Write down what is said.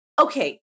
Okay